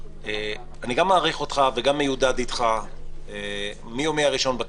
אני גם מעריך אותך וגם מיודד איתך מיומי הראשון בכנסת.